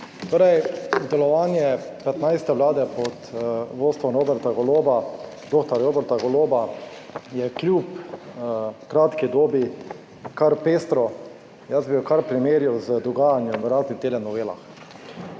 Torej, delovanje 15. Vlade pod vodstvom Roberta Goloba, ddr. Roberta Goloba je kljub kratki dobi kar pestro. Jaz bi jo kar primerjal z dogajanjem v raznih telenovelah.